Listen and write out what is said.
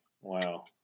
Wow